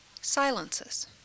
silences